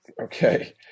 Okay